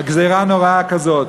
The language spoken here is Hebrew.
גזירה נוראה כזאת.